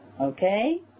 okay